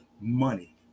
money